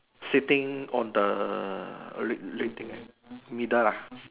sitting on the red thing ah middle lah